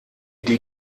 die